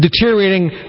deteriorating